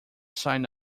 sign